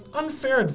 unfair